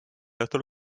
õhtul